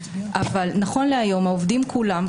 אבל נכון להיום העובדים כולם,